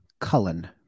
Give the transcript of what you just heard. Cullen